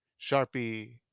Sharpie